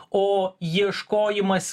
o ieškojimas